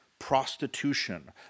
prostitution